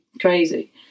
crazy